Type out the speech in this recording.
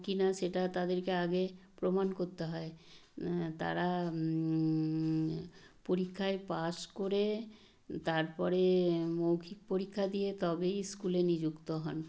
কি না সেটা তাদেরকে আগে প্রমাণ করতে হয় তারা পরীক্ষায় পাস করে তার পরে মৌখিক পরীক্ষা দিয়ে তবেই স্কুলে নিযুক্ত হন